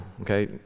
okay